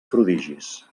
prodigis